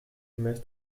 gemäß